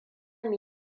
mu